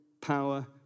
power